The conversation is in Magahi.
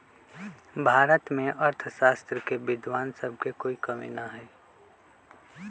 भारत में अर्थशास्त्र के विद्वान सब के कोई कमी न हई